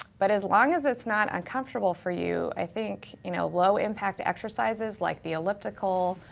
but as long as it's not uncomfortable for you, i think you know low impact exercises like the elliptical,